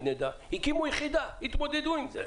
הקימו יחידה והתמודדו עם זה.